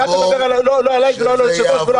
אל תדבר לא עליי ולא על היושב-ראש ולא